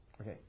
Okay